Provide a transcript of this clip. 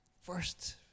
First